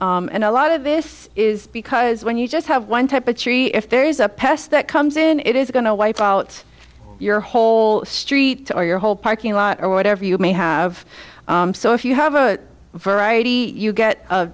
down and a lot of this is because when you just have one type of tree if there is a pest that comes in it is going to wipe out your whole street or your whole parking lot or whatever you may have so if you have a variety you get a